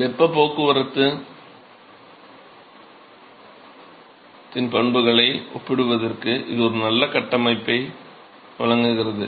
வெப்பப் போக்குவரத்தின் பண்புகளை ஒப்பிடுவதற்கு இது ஒரு நல்ல கட்டமைப்பை வழங்குகிறது